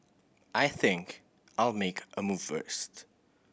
I think I'll make a move first